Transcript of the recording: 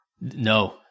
no